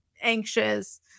anxious